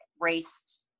raced